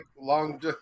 long